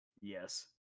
Yes